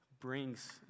brings